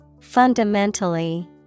Fundamentally